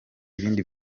ibindi